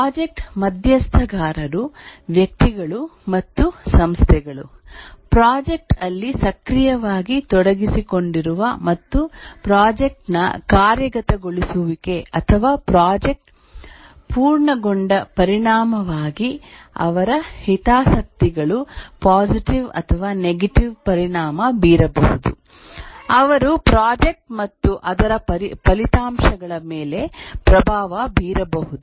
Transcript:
project ಮಧ್ಯಸ್ಥಗಾರರು ವ್ಯಕ್ತಿಗಳು ಮತ್ತು ಸಂಸ್ಥೆಗಳು ಪ್ರಾಜೆಕ್ಟ್ ಅಲ್ಲಿ ಸಕ್ರಿಯವಾಗಿ ತೊಡಗಿಸಿಕೊಂಡಿರುವ ಮತ್ತು ಪ್ರಾಜೆಕ್ಟ್ ನ ಕಾರ್ಯಗತಗೊಳಿಸುವಿಕೆ ಅಥವಾ ಪ್ರಾಜೆಕ್ಟ್ ಪೂರ್ಣಗೊಂಡ ಪರಿಣಾಮವಾಗಿ ಅವರ ಹಿತಾಸಕ್ತಿಗಳು ಪೊಸಿಟಿವ್ ಅಥವಾ ನೆಗಟಿವ್ ಪರಿಣಾಮ ಬೀರಬಹುದು ಅವರು ಪ್ರಾಜೆಕ್ಟ್ ಮತ್ತು ಅದರ ಫಲಿತಾಂಶಗಳ ಮೇಲೆ ಪ್ರಭಾವ ಬೀರಬಹುದು